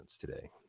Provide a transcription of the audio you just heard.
today